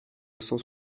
cent